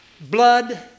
blood